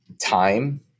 time